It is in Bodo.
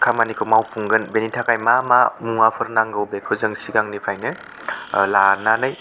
खामानिखौ मावफुंगोन बेनि थाखाय मा मा मुवाफोर नांगौ बेखौ जों सिगांनिफ्रायनो लानानै